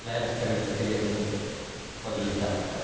ᱞᱟᱭᱼᱞᱟᱠᱪᱟᱨ ᱤᱫᱤ ᱠᱟᱛᱮᱫ ᱜᱮ ᱟᱹᱞᱤᱧ ᱫᱚ ᱱᱤᱛᱳᱜ ᱦᱚᱨ ᱫᱚᱞᱤᱧ ᱛᱟᱲᱟᱢ ᱟᱠᱟᱫᱼᱟ